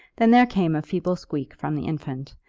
then there came a feeble squeak from the infant,